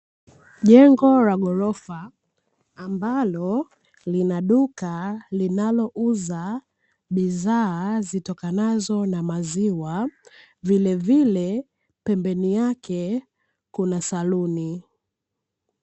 Jengo la ghorofa ambalo lina duka linalouza bidhaa zitokanazo na maziwa, vilevile pembeni yake kuna saluni.